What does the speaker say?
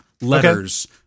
letters